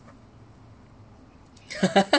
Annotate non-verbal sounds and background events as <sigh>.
<laughs>